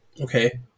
Okay